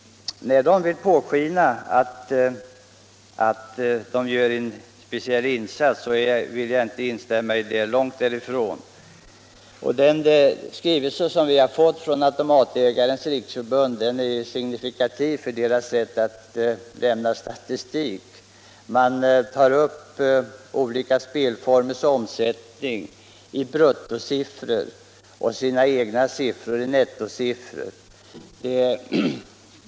När de låter påskina att de gör en speciell insats vill jag inte instämma i det — långt därifrån. Den skrivelse som utskottet har fått från Sveriges automatägares riksförbund är signifikativ för deras sätt att göra statistik. De tar upp olika spelformers omsättning i bruttosiffror och sina egna intäkter i nettosiffror.